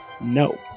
No